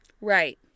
Right